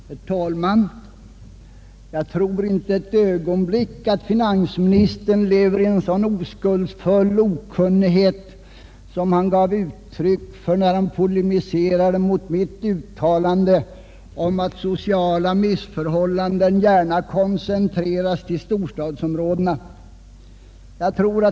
Herr talman! Jag tror inte för ett ögonblick att herr finansministern lever i en sådan oskuldsfull okunnighet, som han gav uttryck för när han polemiserade mot mitt uttalande att sociala missförhållanden gärna koncentreras till storstadsområdena.